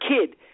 kid